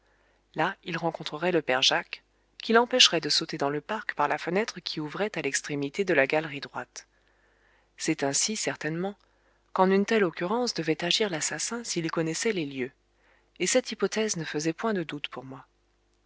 là il rencontrerait le père jacques qui l'empêcherait de sauter dans le parc par la fenêtre qui ouvrait à l'extrémité de la galerie droite c'est ainsi certainement qu'en une telle occurrence devait agir l'assassin s'il connaissait les lieux et cette hypothèse ne faisait point de doute pour moi